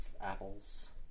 apples